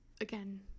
again